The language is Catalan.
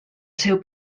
seu